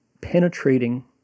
penetrating